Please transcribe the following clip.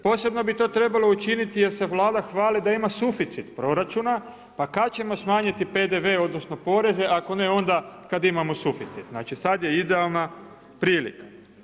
Posebno bi to trebalo učiniti jer se Vlada hvali da ima suficit proračuna pa kada ćemo smanjiti PDV odnosno poreze kada imamo suficit, znači sada je idealna prilika.